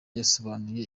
yasobanuye